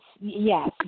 Yes